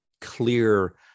clear